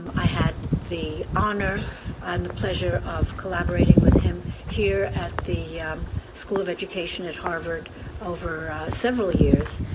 i had the honor and the pleasure of collaborating with him here at the school of education at harvard over several years.